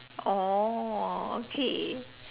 oh okay